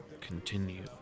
continue